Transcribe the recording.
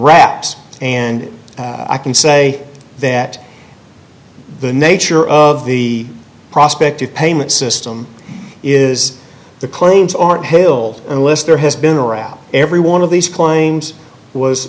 raps and i can say that the nature of the prospect of payment system is the claims aren't hill unless there has been around every one of these claims was